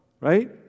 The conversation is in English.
Right